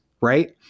right